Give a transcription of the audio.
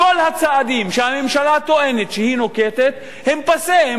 כל הצעדים שהממשלה טוענת שהיא נוקטת הם פאסה,